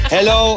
Hello